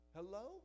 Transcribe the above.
Hello